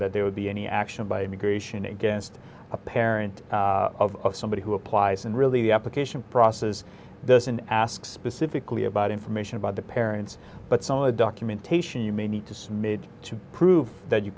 that they would be any action by immigration against a parent of somebody who applies and really the application process doesn't ask specifically about information about the parents but some of the documentation you may need to submit to prove that you